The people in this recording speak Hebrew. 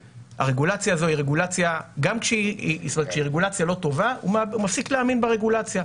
כשהרגולציה לא טובה אדם אומר שהוא מפסיק להאמין ברגולציה,